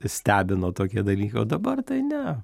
stebino tokie dalykai o dabar tai ne